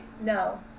no